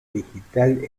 digital